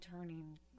turning